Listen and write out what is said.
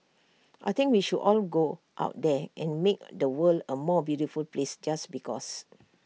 I think we should all go out there and make the world A more beautiful place just because